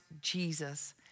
Jesus